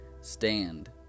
Stand